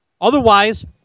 otherwise